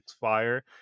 fire